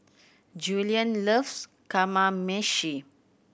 Julien loves Kamameshi